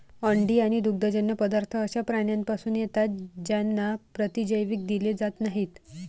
अंडी आणि दुग्धजन्य पदार्थ अशा प्राण्यांपासून येतात ज्यांना प्रतिजैविक दिले जात नाहीत